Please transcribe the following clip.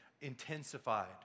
intensified